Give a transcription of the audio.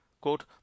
quote